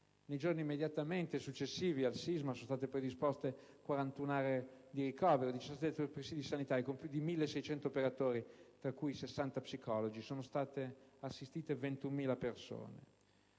Nei giorni immediatamente successivi al sisma sono state predisposte 41 aree di ricovero e 17 presidi sanitari, con più di 1.600 operatori, tra cui 60 psicologi; sono state assistite 21.000 persone.